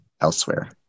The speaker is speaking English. elsewhere